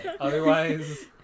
Otherwise